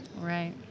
Right